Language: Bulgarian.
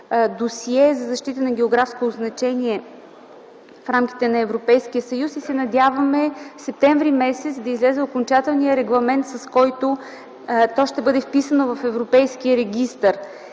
досие за защита на географско означение в рамките на Европейския съюз. Надяваме се, през м. септември да излезе окончателният регламент, с който то ще бъде изписано в Европейския регистър.